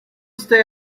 stay